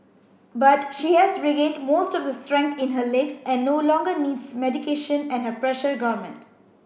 but she has regained most of the strength in her legs and no longer needs medication and her pressure garment